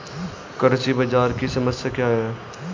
कृषि बाजार की समस्या क्या है?